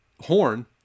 Horn